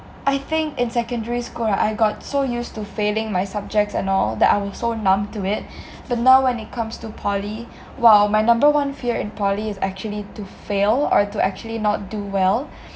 I think in secondary school right I got so used to failing my subjects and all that I will so numb to it but now when it comes to poly well my number one fear in poly is actually to fail or to actually not do well